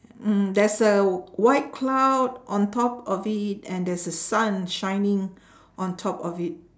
mm there's a white cloud on top of it and there's a sun shining on top of it